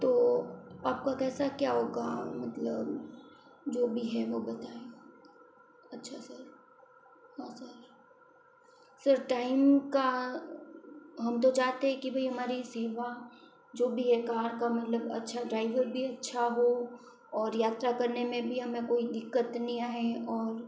तो आपका कैसा क्या होगा मतलब जो भी है वो बताएँ अच्छा सर हाँ सर सर टाइम का हम तो चाहते हैं कि भाई हमारी सेवा जो भी है कार का मतलब अच्छा ड्राइवर भी अच्छा हो और यात्रा करने में भी हमें कोई दिक्कत नहीं आए और